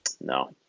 No